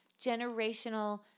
Generational